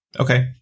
Okay